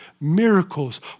Miracles